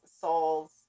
Souls